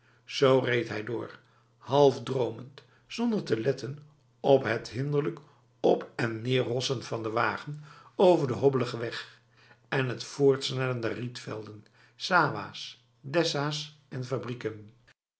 zo reed hij door half dromend zonder te letten op het hinderlijk op en neerhossen van de wagen over de hobbelige weg en het voorbijsnellen der rietvelden sawahs desa's en fabrieken